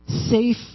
safe